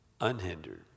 unhindered